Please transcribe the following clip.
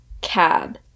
Cab